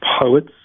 poets